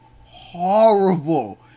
horrible